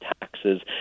taxes